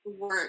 work